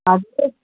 அப்போ